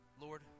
Lord